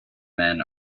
men